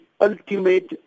ultimate